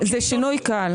זה שינוי קל.